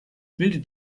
bildet